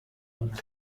would